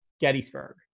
Gettysburg